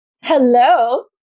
Hello